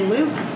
Luke